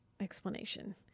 explanation